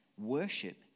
Worship